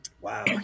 Wow